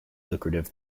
lucrative